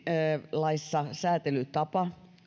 laissa säätelytapa